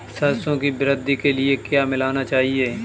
सरसों की वृद्धि के लिए क्या मिलाना चाहिए?